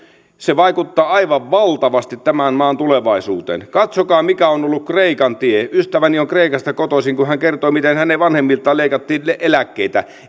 se vaikuttaa aivan valtavasti tämän maan tulevaisuuteen katsokaa mikä on ollut kreikan tie ystäväni on kreikasta kotoisin hän kertoi miten hänen vanhemmiltaan leikattiin eläkkeitä